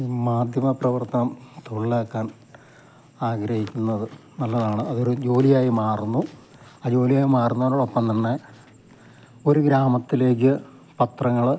ഈ മാധ്യമ പ്രവർത്തനം തൊഴിലാക്കാൻ ആഗ്രഹിക്കുന്നത് നല്ലതാണ് അത് ഒരു ജോലിയായി മാറുന്നു ആ ജോലിയായി മാറുന്നതിനോടൊപ്പം തന്നെ ഒരു ഗ്രാമത്തിലേക്ക് പത്രങ്ങൾ